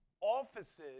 offices